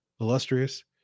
illustrious